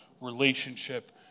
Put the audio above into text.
relationship